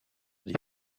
des